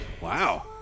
wow